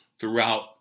throughout